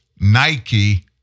Nike